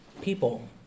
people